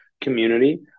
community